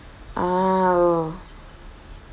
ah orh